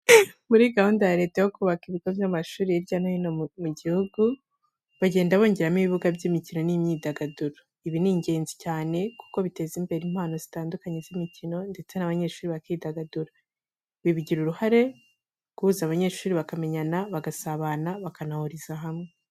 Muri gahunda ya Leta yo kubaka ibigo by'amashuri hirya no hino mi gihugu, bagenda bongeramo ibibuga by'imikino n'imyidagaduro. Ibi ni ingenzi cyane kuko biteza imbere impano zitandukanye z'imikino ndetse n'abanyeshuri bakidagadura. Ibi bigira uruhare guhuza abanyeshuri bakamenyana, bagasabana bakanahuriza hamwe.